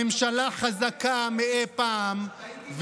הממשלה חזקה מאי פעם,